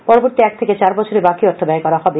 পরবর্তী এক থেকে চার বছরে বাকি অর্থ ব্যয় করা হবে